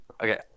Okay